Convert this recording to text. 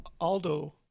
Aldo